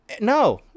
no